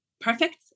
perfect